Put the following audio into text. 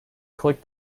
click